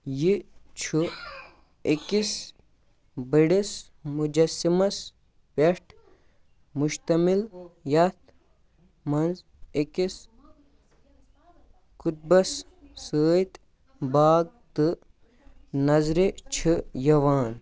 یہِ چھُ أکِس بٔڑِس مُجَسِمَس پٮ۪ٹھ مُشتٔمِل یَتھ منٛز أکِس خُطبَس سۭتۍ باغ تہٕ نظرِ چھِ یِوان